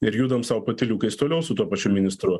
ir judam sau patyliukais toliau su tuo pačiu ministru